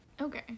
Okay